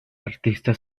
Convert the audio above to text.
artista